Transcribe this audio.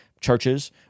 churches